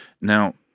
Now